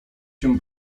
się